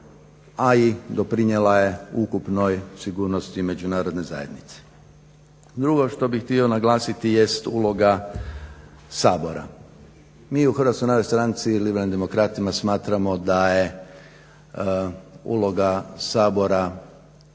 a i doprinijela je ukupnoj sigurnosti Međunarodne zajednice. Drugo što bih htio naglasiti jest uloga Sabora. Mi u HNS-u smatramo da je uloga Sabora